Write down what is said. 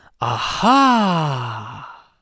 aha